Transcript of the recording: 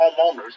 homeowners